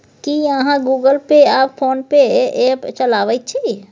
की अहाँ Google Pay आ PhonePe app चलाबैत छी?